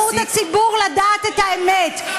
לבין זכות הציבור לדעת את האמת.